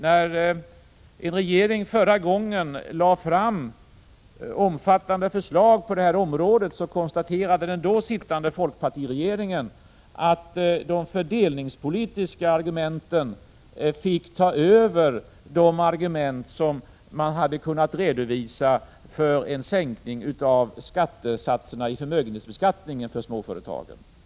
När en regering förra gången lade fram omfattande förslag på det området, konstaterade den då sittande folkpartiregeringen att de fördelningspolitiska argumenten fick ta över de argument som man hade kunnat redovisa för en sänkning av skattesatserna i förmögenhetsbeskattningen för småföretagarna.